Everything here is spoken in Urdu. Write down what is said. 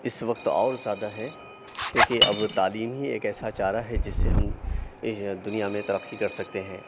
اِس وقت اور زیادہ ہے کیوں کہ اب تعلیم ہی ایک ایسا چارہ ہے جس سے ہم دنیا میں ترقی کر سکتے ہیں